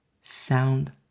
sound